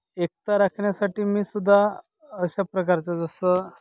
एकता राखण्यासाठी मीसुद्धा अशा प्रकारचं जसं